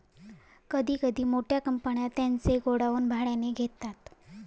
कधी कधी मोठ्या कंपन्या त्यांचे गोडाऊन भाड्याने घेतात